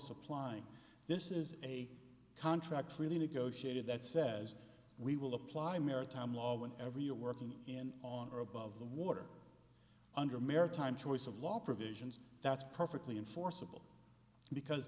supply this is a contract freely negotiated that says we will apply maritime law when every year working in on or above the water under maritime choice of law provisions that's perfectly enforceable because